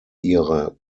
ihre